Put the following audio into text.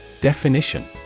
Definition